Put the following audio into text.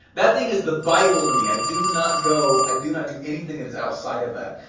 that thing is the bible to me, i do not go, i do not do anything that is outside of that.